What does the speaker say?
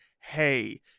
hey